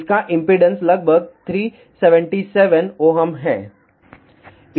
इसका इम्पीडेन्स लगभग 377Ω है